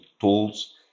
tools